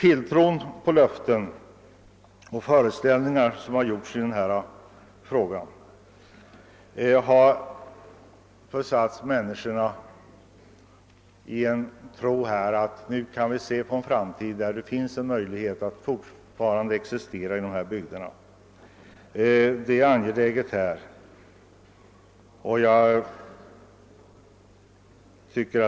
Tilltron till de löften som getts och de föreställningar som skapats har ingett människorna här uppe en förhoppning om att även i framtiden kunna bo kvar i dessa bygder.